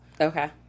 Okay